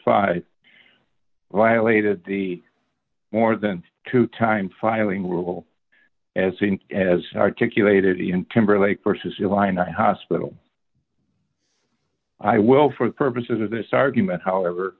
certified violated the more than two time filing rule as seen as articulated in timberlake versus your line i hospital i will for the purposes of this argument however